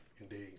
Indeed